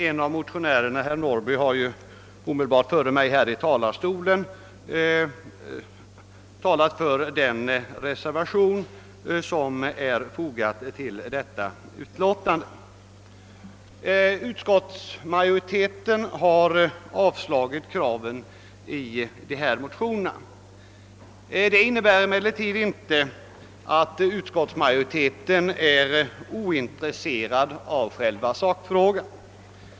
En av motionärerna, herr Norrby, talade omedelbart före mig för den reservation som fogats till utskottsutlåtandet. Utskottsmajoriteten har avstyrkt kraven i de likalydande motionerna. Det innebär emellertid inte att utskottsmajoriteten är ointresserad av själva sakfrågan.